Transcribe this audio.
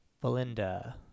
Belinda